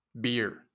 beer